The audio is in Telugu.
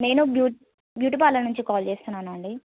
నేను బ్యూటీ పార్లర్ నుంచి కాల్ చేస్తున్నాను అండి